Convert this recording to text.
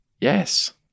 Yes